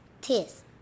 Teeth